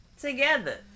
together